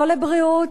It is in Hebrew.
לא לבריאות,